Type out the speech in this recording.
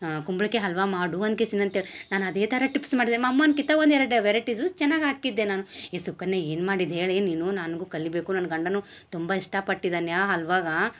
ಕುಂಬಳ್ಕೆ ಹಲ್ವಾ ಮಾಡು ಅನ್ಕೆಸಿನ್ ಅಂತೇಳ್ ನಾನ್ ಅದೇ ತರ ಟಿಪ್ಸ್ ಮಾಡಿದೆ ನಮ್ಮ ಅಮ್ಮನ್ಕಿತ ಒಂದೆರಡು ವೆರೆಟೀಸು ಚೆನ್ನಾಗಿ ಹಾಕಿದ್ದೆ ನಾನು ಎ ಸುಕನ್ಯಾ ಏನು ಮಾಡಿದ ಹೇಳೆ ನೀನು ನನ್ಗು ಕಲಿಯಬೇಕು ನನ್ನ ಗಂಡನು ತುಂಬ ಇಷ್ಟಪಟ್ಟಿದ್ದಾನೆ ಆ ಹಲ್ವಾಗ